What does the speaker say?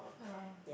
yeah